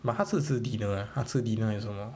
but 他只吃 dinner uh 他吃 dinner 还有什么